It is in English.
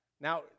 Now